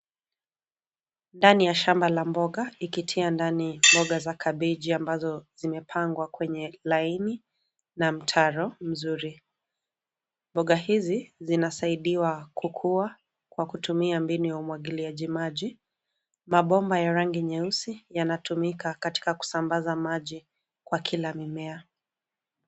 Ndani ya shamba la mboga ikitia ndani mboga za kabeji ambazo zimepangwa kwenye laini na mtaro mzuri. Mboga hizi zinasaidiwa kukua kwa kutumia mbinu ya umwagiliaji maji, mabomba ya rangi nyeusi yanatumika katika kusambaza maji kwa kila mimea.